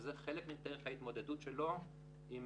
שזה חלק מדרך ההתמודדות שלו עם